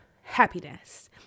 happiness